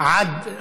עד.